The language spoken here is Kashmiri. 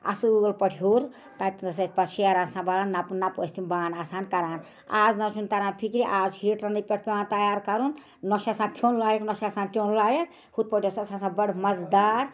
اَصۭل پٲٹھۍ ہیور تَتِنس ٲسۍ پتہٕ شیٚران مبالان نپہٕ نپہٕ ٲسۍ تِم بانہٕ آسان کَران آز نَہ حظ چھُنہٕ تَران فِکری آز چھُ ہیٖٹر نٕے پٮ۪ٹھ پٮ۪وان تیار کَرُن نۄ چھُ آسان کھیوٚن لایق نۄ چھُ آسان چھیوٚن لایق ہُتھ پٲٹھۍ اوس سا سا بڑٕ مزٕ دار